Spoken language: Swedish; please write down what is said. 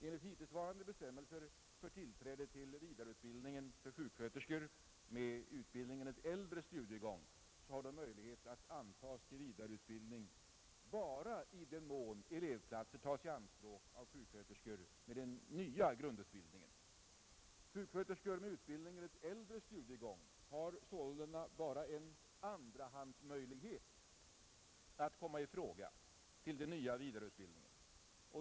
Enligt hittillsvarande bestämmelser för tillträde till vidareutbildningen för sjuksköterskor med utbildning enligt äldre studiegång har de möjlighet att antas till vidareutbildning endast i den mån elevplatser inte tas i anspråk av sjuksköterskor med den nya grundutbildningen. Sjuksköterskor med utbildning enligt äldre studiegång har sålunda endast en andrahandsmöjlighet att komma i fråga till den nya vidareutbildningen.